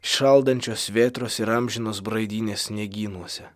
šaldančios vėtros ir amžinos braidynės sniegynuose